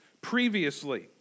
previously